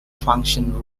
function